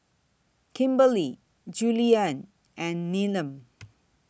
Kimberely Julianne and Needham